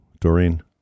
Doreen